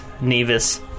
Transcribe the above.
Nevis